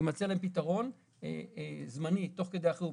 יימצא להם פתרון זמני למיגון תוך כדי החירום,